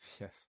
Yes